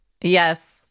Yes